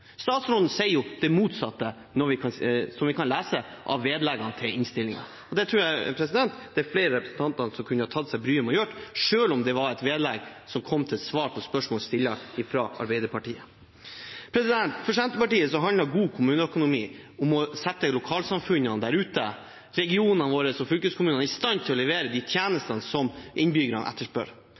Statsråden sier jo det motsatte, noe vi kan lese av vedleggene til innstillingen. Det tror jeg det er flere av representantene som kunne ha tatt seg bryet med å gjøre, selv om det var vedlegg som kom som svar på et spørsmål stilt av Arbeiderpartiet. For Senterpartiet handler god kommuneøkonomi om å sette lokalsamfunnene, regionene våre og fylkeskommunene i stand til å levere tjenestene som innbyggerne etterspør.